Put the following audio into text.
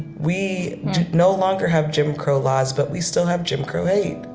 we no longer have jim crow laws, but we still have jim crow hate